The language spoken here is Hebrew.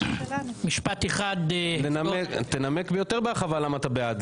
משפט אחד --- תנמק יותר בהרחבה למה אתה בעד,